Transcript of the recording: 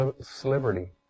celebrity